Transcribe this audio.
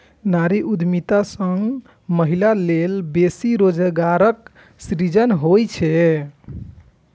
नारी उद्यमिता सं महिला लेल बेसी रोजगारक सृजन होइ छै